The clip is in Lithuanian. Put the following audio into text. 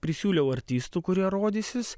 prisiūliau artistų kurie rodysis